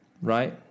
right